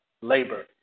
labor